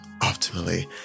Optimally